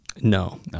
No